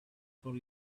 for